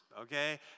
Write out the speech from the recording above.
okay